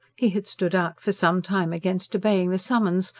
he had stood out for some time against obeying the summons,